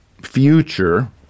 future